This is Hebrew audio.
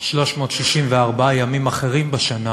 ב-364 הימים האחרים בשנה